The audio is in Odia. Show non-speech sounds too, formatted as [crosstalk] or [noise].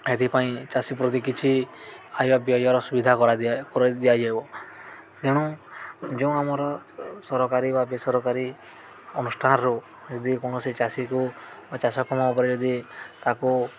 ଏଥିପାଇଁ ଚାଷୀ ପ୍ରତି କିଛି ଆୟ ବେୟର ସୁବିଧା [unintelligible] ଦିଆହେବ ତେଣୁ ଯେଉଁ ଆମର ସରକାରୀ ବା ବେସରକାରୀ ଅନୁଷ୍ଠାନରୁ ଯଦି କୌଣସି ଚାଷୀକୁ ବା ଚାଷ କାମ ଉପରେ ଯଦି ତାକୁ